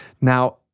Now